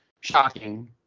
shocking